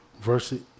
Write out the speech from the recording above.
versus